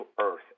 earth